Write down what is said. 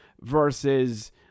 versus